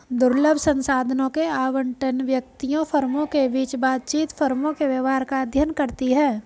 दुर्लभ संसाधनों के आवंटन, व्यक्तियों, फर्मों के बीच बातचीत, फर्मों के व्यवहार का अध्ययन करती है